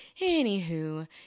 anywho